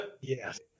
Yes